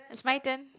it's my turn